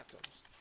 atoms